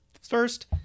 first